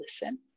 listen